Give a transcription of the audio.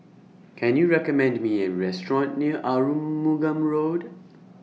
Can YOU recommend Me A Restaurant near Arumugam Road